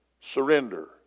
surrender